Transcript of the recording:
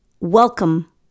welcome